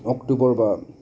অক্টোবৰ বা